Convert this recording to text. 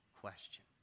question